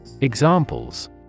Examples